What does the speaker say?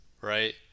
right